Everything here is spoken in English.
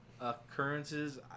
Occurrences